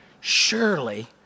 surely